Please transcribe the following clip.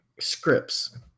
scripts